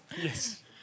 Yes